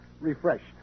Refreshed